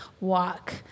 walk